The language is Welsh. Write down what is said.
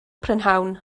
prynhawn